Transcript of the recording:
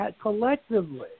collectively